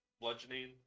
bludgeoning